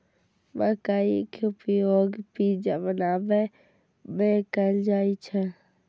मकइ के उपयोग पिज्जा बनाबै मे कैल जाइ छै